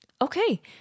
Okay